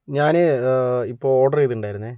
ഞാന് ഇപ്പോൾ ഓർഡറ് ചെയ്തിട്ടുണ്ടായിരുന്നത്